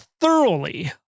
thoroughly